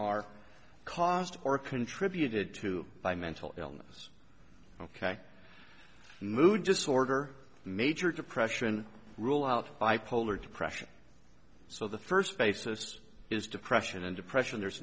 are caused or contributed to by mental illness ok mood disorder major depression rule out bipolar depression so the first basis is depression and depression there's